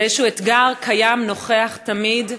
זה איזשהו אתגר שקיים, נוכח תמיד: